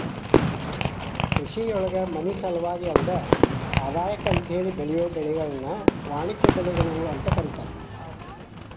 ಕೃಷಿಯೊಳಗ ಮನಿಸಲುವಾಗಿ ಅಲ್ಲದ ಆದಾಯಕ್ಕ ಅಂತೇಳಿ ಬೆಳಿಯೋ ಬೆಳಿಗಳನ್ನ ವಾಣಿಜ್ಯ ಬೆಳಿಗಳು ಅಂತ ಕರೇತಾರ